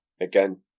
again